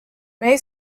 may